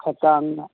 ꯈꯔ ꯇꯥꯡꯅ